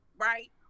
right